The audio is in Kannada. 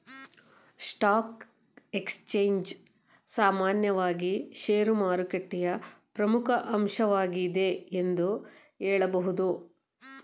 ಸ್ಟಾಕ್ ಎಕ್ಸ್ಚೇಂಜ್ ಸಾಮಾನ್ಯವಾಗಿ ಶೇರುಮಾರುಕಟ್ಟೆಯ ಪ್ರಮುಖ ಅಂಶವಾಗಿದೆ ಎಂದು ಹೇಳಬಹುದು